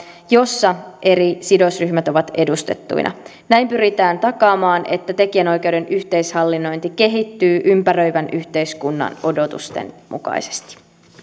jossa eri sidosryhmät ovat edustettuina näin pyritään takaamaan että tekijänoikeuden yhteishallinnointi kehittyy ympäröivän yhteiskunnan odotusten mukaisesti